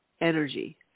energy